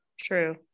True